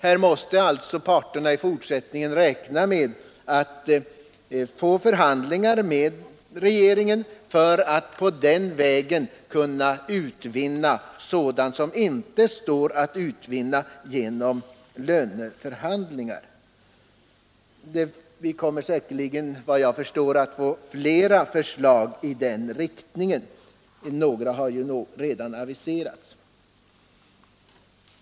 Här måste alltså parterna i fortsättningen räkna med att få ”förhandla” med regeringen för att på den vägen kunna utvinna sådant som inte står att utvinna genom löneförhandlingar. Vi kommer säkerligen att få fler förslag i den riktningen — något har redan aviserats.